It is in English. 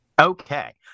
Okay